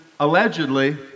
allegedly